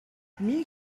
mille